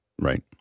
Right